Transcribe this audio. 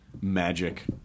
magic